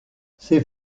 ses